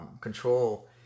control